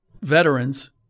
veterans